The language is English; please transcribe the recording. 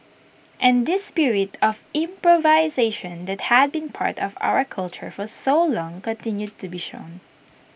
and this spirit of improvisation that had been part of our culture for so long continued to be shown